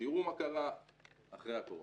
ותראו מה קרה אחרי הקורונה.